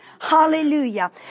Hallelujah